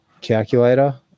calculator